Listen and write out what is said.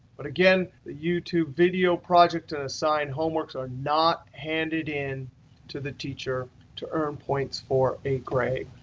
but again, the youtube video project and assigned homeworks are not handed in to the teacher to earn points for a grade.